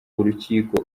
urukiko